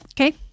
Okay